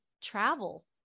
travel